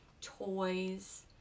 toys